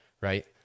right